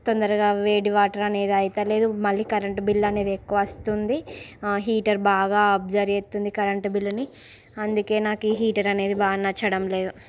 తొందరగా వేడి వాటర్ అనేది అవుతలేదు మళ్ళీ కరెంట్ బిల్ అనేది ఎక్కువ వస్తుంది హీటర్ బాగా అబ్సర్బ్ చేస్తుంది కరెంట్ బిల్లుని అందుకే నాకు ఈ హీటర్ అనేది బాగా నచ్చడం లేదు